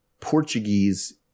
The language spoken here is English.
Portuguese